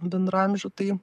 bendraamžių tai